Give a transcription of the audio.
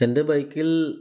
എൻ്റെ ബൈക്കിൽ